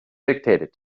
dictated